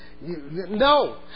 no